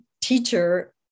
teacher